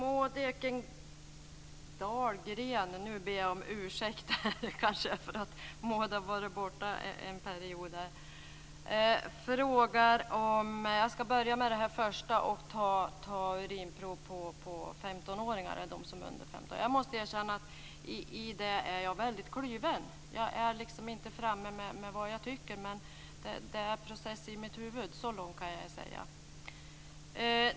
Fru talman! Jag ska börja med det första som Maud Ekendahl frågar om. Det gäller urinprov för dem som är under 15 år. Jag måste erkänna att jag är väldigt kluven i denna fråga. Jag är liksom inte framme med vad jag tycker, men en process pågår i mitt huvud - så mycket kan jag säga.